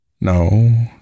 No